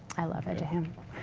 i love eduham.